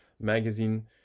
magazine